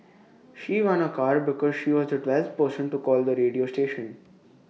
she won A car because she was the twelfth person to call the radio station